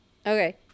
Okay